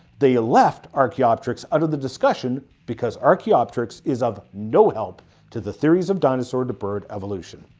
they left archaeopteryx out of the discussion because archaeopteryx is of no help to the theories of dinosaur to bird evolution